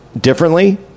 differently